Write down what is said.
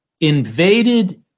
invaded